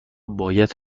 باید